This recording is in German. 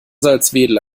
salzwedel